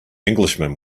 englishman